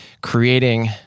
creating